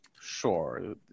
sure